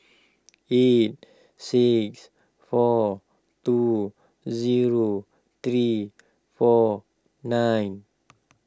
eight six four two zero three four nine